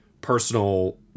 personal